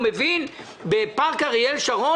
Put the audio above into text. הוא מבין בפארק אריאל שרון,